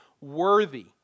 worthy